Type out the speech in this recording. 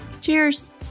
Cheers